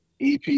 EP